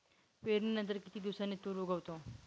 पेरणीनंतर किती दिवसांनी तूर उगवतो?